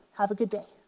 have a good day.